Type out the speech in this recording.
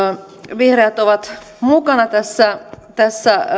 vihreät ovat mukana tässä tässä